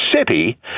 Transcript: city